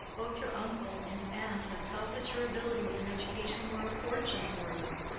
both your uncle and aunt have felt that your abilities and education were a fortune for you,